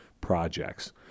projects